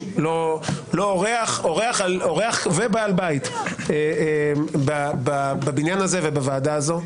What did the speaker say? אורח ובעל בית בבניין הזה ובוועדה הזו.